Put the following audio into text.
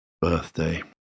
birthday